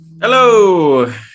Hello